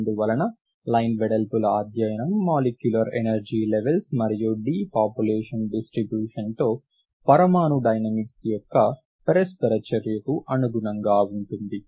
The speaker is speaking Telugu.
అందువల్ల లైన్ వెడల్పుల అధ్యయనం మాలిక్యులర్ ఎనర్జీ లెవల్స్ మరియు డిపాపులేషన్ డిస్ట్రిబ్యూషన్తో పరమాణు డైనమిక్స్ యొక్క పరస్పర చర్యకు అనుగుణంగా ఉంటుంది